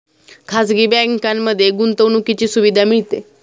खाजगी बँकांमध्ये गुंतवणुकीची सुविधा मिळते